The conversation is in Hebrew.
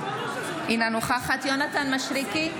אינה נוכחת יונתן מישרקי,